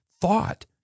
thought